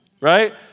Right